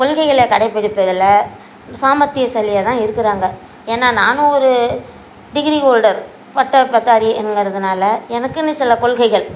கொள்கைகளை கடைப்பிடிப்பதில் சாமர்த்தியசாலியாகதான் இருக்கிறாங்க ஏன்னால் நானும் ஒரு டிகிரி ஹோல்டர் பட்டப் பட்டதாரிங்கிறதுனால எனக்குனு சில கொள்கைகள்